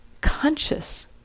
conscious